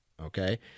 okay